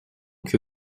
que